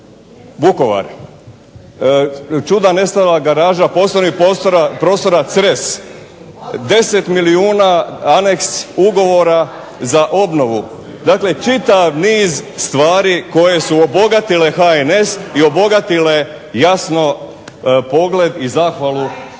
Vukovar, čudan nestanak garaža poslovnih prostora Cres, 10 milijuna aneks ugovora za obnovu. Dakle, čitav niz stvari koje su obogatile HNS i obogatile jasno pogled i zahvalu na